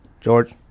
George